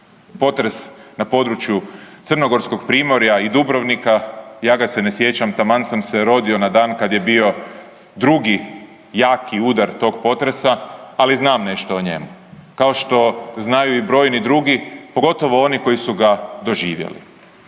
Potres na području crnogorskog primorja i Dubrovnika ja ga se ne sjećam taman sam se rodio na dan kad je bio drugi jaki udar tog potresa, ali znam nešto o njemu, kao što znaju i brojni drugi, pogotovo oni koji su ga doživjeli.